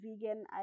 vegan